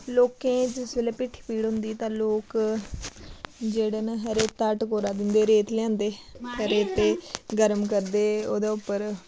लोकें जिस बेल्लै पिट्ठी पीड़ होंदी तां लोक जेह्डे़ न रेता टकोरा दिंदे रेत लेआंदे रेते गरम करदे ओह्दे उप्पर